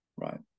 right